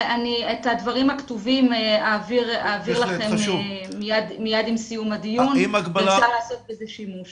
ואת הדברים הכתובים אעביר לכם מיד עם סיום הדיון ואפשר לעשות בזה שימוש.